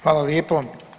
Hvala lijepo.